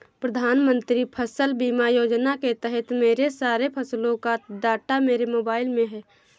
प्रधानमंत्री फसल बीमा योजना के तहत मेरे सारे फसलों का डाटा मेरे मोबाइल में है